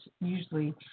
usually